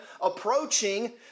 approaching